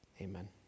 Amen